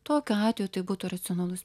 tokiu atveju tai būtų racionalus